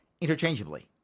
interchangeably